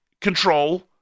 control